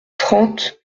trente